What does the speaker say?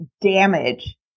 damage